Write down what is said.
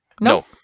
No